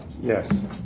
Yes